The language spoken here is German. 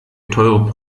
teure